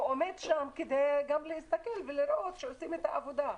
הוא עומד שם גם כדי להסתכל ולראות שעושים את העבודה,